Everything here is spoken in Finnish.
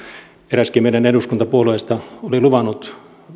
eräskin meidän eduskuntapuolueista oli luvannut